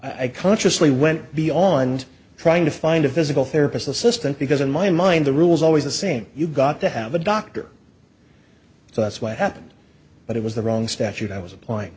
i consciously went beyond trying to find a physical therapist assistant because in my mind the rules always the same you got to have a doctor so that's what happened but it was the wrong statute i was applying